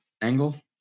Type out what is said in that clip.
angle